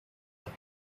have